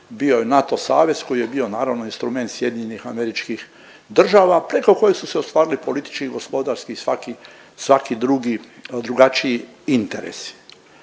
bio je NATO savez koji je bio naravno instrument SAD-a preko kojeg su se ostvarili politički i gospodarski i svaki drugi drugačiji interesi.